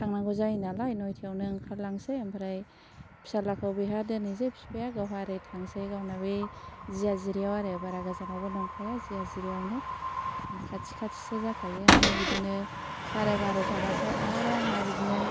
थांनांगौ जायो नालाय नयथायावनो ओंखारलांसै ओमफ्राय फिसालाखौ बेहा दोनहैसै बिफाया गावहा ओरै थांसै गावना बै जियाजिरियाव आरो बारा गोजानावबो नंखाया जियाजिरियावनो खाथि खाथिसो जाखायो ओमफ्राय बिदिनो साराय बार'थाबाथाय आरो आंहा बिदिनो